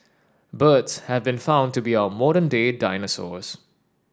birds have been found to be our modern day dinosaurs